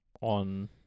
On